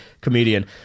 comedian